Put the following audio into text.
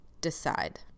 Decide